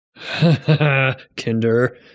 Kinder